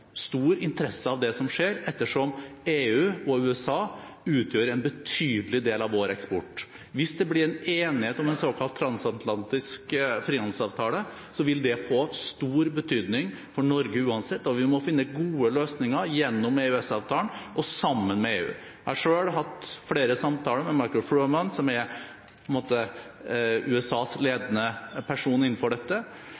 stor interesse av det som skjer, ettersom EU og USA utgjør en betydelig del av vår eksport. Hvis det blir en enighet om en såkalt transatlantisk frihandelsavtale, vil det få stor betydning for Norge uansett, og vi må finne gode løsninger gjennom EØS-avtalen og sammen med EU. Jeg har selv hatt flere samtaler med Michael Froman som er